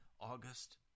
August